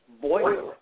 boiler